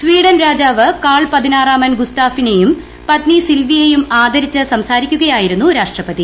Sweden രാജാവ് Carl പതിനാറാമൻ ഗുസ്താഫിനെയും പത്നി സിൽവിയെയും ആദരിച്ച് സംസാരിക്കുകയായിരുന്നു രാഷ്ട്രപതി